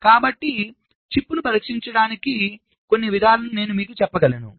కాబట్టి చిప్ను పరీక్షించడానికి కొన్ని విధానాలను నేను మీకు చెప్పగలను